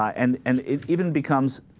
and and is given becomes